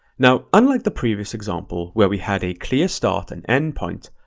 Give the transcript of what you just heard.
now unlike the previous example where we had a clear start and end point,